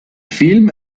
film